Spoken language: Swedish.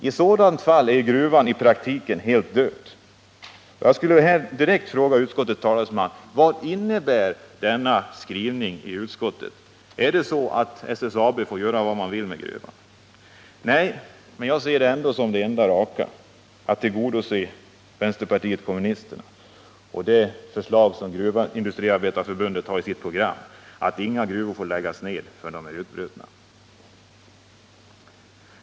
I sådant fall är ju gruvan i praktiken helt död. Jag skulle direkt vilja fråga utskottets talesman: Vad innebär denna skrivning i betänkandet? Är det så att SSAB får göra vad man vill med gruvan? Nej, jag anser att det enda raka är att tillgodose vänsterpartiet kommunisternas krav och det förslag som Gruvindustriarbetareförbundet har i sitt program, att inga gruvor får läggas ned förrän de är utbrutna.